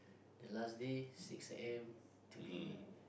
the last day six a_m to be